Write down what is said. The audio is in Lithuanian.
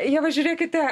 ieva žiūrėkite